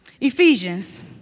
Ephesians